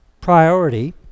priority